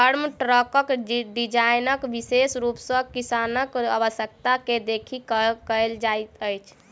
farm ट्रकक design विशेष रूप सॅ किसानक आवश्यकता के देखि कयल जाइत अछि